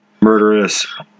murderous